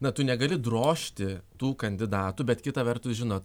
na tu negali drožti tų kandidatų bet kita vertus žinot